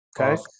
Okay